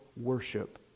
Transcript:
worship